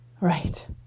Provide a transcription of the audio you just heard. Right